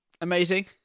amazing